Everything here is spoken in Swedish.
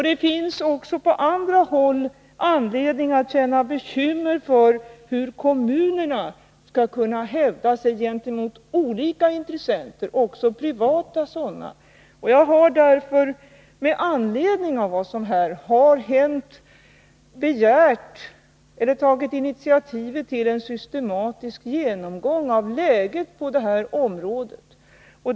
Det finns även på andra håll anledning att känna oro för hur kommunerna skall kunna hävda sig gentemot olika intressenter, också privata sådana. Med anledning av vad som här har hänt har jag tagit initiativ till en systematisk genomgång av läget på detta område.